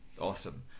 Awesome